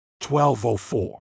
12.04